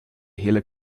hele